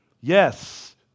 Yes